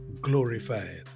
glorified